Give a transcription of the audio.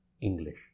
English